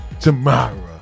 tomorrow